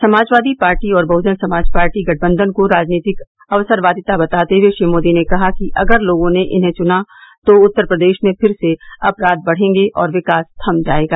Samajwadi party और Bahujan Samaj party गठबंधन को राजनीतिक अवसरवादिता बताते हुए श्री मोदी ने कहा कि अगर लोगों ने इन्हें चुना तो उत्तर प्रदेश में फिर से अपराध बढ़ेंगे और विकास थम जाएगा